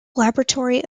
laboratory